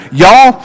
y'all